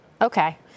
Okay